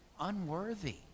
unworthy